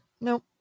no